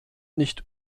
nicht